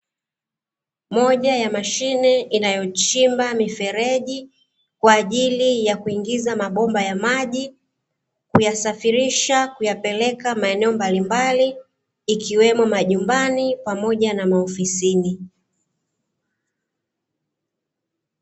Moja ya mashine inayochimba mifereji, kwa ajili ya kuingiza mabomba ya maji, kuyasafirisha, kuyapeleka maeneo mbalimbali, ikiwemo majumbani pamoja na maofisini.